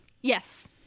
Yes